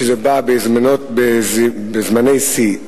שבא בזמני שיא.